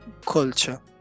culture